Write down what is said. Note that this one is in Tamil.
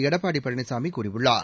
எடப்பாடி பழனிசாமி கூறியுள்ளார்